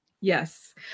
yes